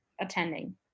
attending